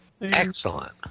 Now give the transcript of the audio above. Excellent